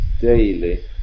Daily